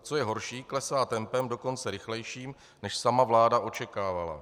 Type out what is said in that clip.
Co je horší, klesá tempem dokonce rychlejším, než sama vláda očekávala.